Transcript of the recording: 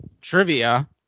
Trivia